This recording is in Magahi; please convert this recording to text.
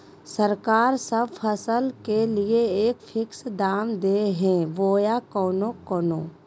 सरकार सब फसल के लिए एक फिक्स दाम दे है बोया कोनो कोनो?